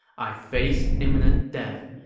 i face imminent death,